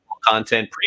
content